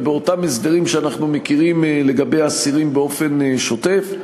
ובאותם הסדרים שאנחנו מכירים לגבי אסירים באופן שוטף?